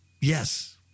Yes